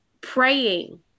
praying